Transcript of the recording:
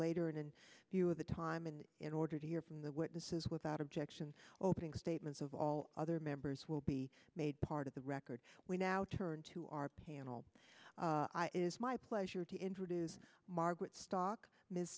later and you have the time and in order to hear from the witnesses without objection opening statements of all other members will be made part of the record we now turn to our panel is my pleasure to introduce margaret stock m